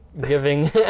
giving